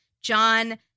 John